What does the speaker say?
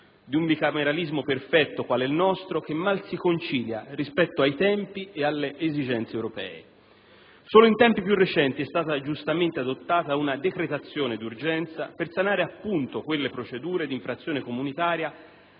di un bicameralismo perfetto, quale il nostro, che mal si concilia rispetto ai tempi ed alle esigenze europee. Solo in tempi più recenti è stata giustamente adottata una decretazione d'urgenza per sanare proprio quelle procedure d'infrazione comunitaria